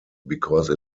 because